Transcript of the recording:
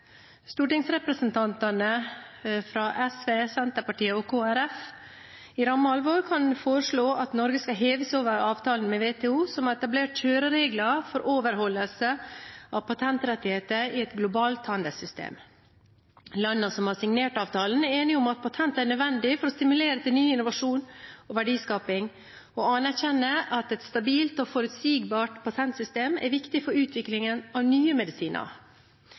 stortingsrepresentantene fra SV, Senterpartiet og Kristelig Folkeparti på ramme alvor kan foreslå at Norge skal heve seg over avtalen med WTO, som har etablert kjøreregler for overholdelse av patentrettigheter i et globalt handelssystem. Landene som har signert avtalen, er enige om at patent er nødvendig for å stimulere til ny innovasjon og verdiskaping, og anerkjenner at et stabilt og forutsigbart patentsystem er viktig for utviklingen av nye medisiner.